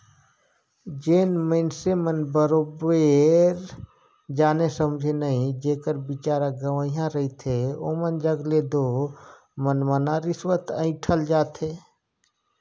जेन मइनसे मन बरोबेर जाने समुझे नई जेकर बिचारा गंवइहां रहथे ओमन जग ले दो मनमना रिस्वत अंइठल जाथे